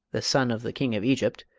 the son of the king of egypt,